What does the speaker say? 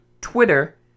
Twitter